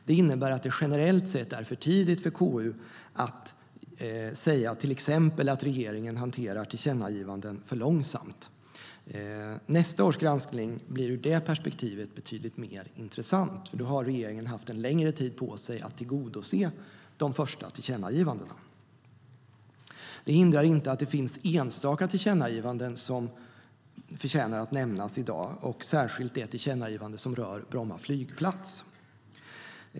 Det innebär att det generellt sett är för tidigt för KU att säga till exempel att regeringen hanterar tillkännagivanden för långsamt. Nästa års granskning blir ur det perspektivet betydligt mer intressant, för då har regeringen haft längre tid på sig att tillgodose de första tillkännagivandena. Detta hindrar emellertid inte att det finns enstaka tillkännagivanden som förtjänar att nämnas i dag, särskilt det som rör Bromma flygplats.